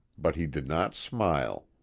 but he did not smile.